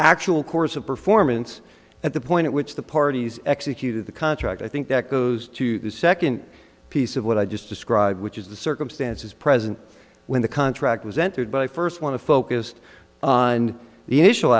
actual course of performance at the point at which the parties executed the contract i think that goes to the second piece of what i just described which is the circumstances present when the contract was entered by first want to focused on the initial